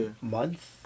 month